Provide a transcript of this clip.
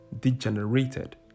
degenerated